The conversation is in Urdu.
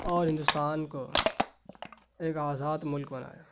اور ہندوستان کو ایک آزاد ملک بنایا